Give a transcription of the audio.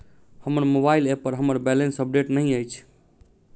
हमर mobile app पर हमर बैलेंस अपडेट नहि अछि